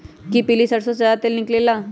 कि पीली सरसों से ज्यादा तेल निकले ला?